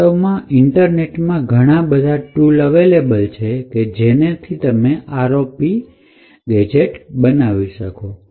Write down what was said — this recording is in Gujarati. વાસ્તવમાં ઈન્ટરનેટમાં ઘણા બધા tool અવેલેબલ છે કે જેનેથી તમે ROP ગેજેટ બનાવી શકો